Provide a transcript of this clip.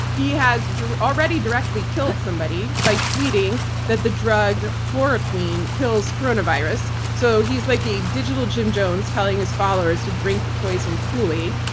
he has already directly killed somebody by tweeting that the drug chloroquine kills coronavirus. so he's like a digital jim jones telling his followers to drink the poison kool-aid.